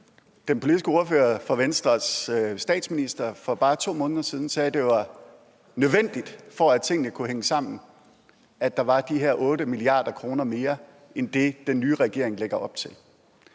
den politiske ordfører for Venstres statsminister for bare 2 måneder siden sagde, at det var nødvendigt, for at tingene kunne hænge sammen, at der var de her 8 mia. kr. mere end det, den nye regering lægger op til.